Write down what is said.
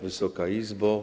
Wysoka Izbo!